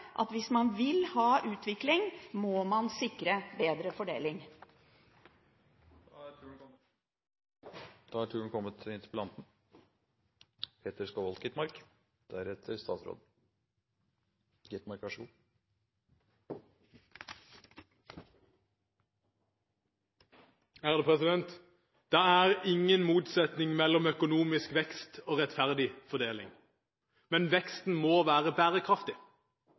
at hvis man vil ha utvikling, må man sikre bedre fordeling. Det er ingen motsetning mellom økonomisk vekst og rettferdig fordeling, men veksten må være bærekraftig.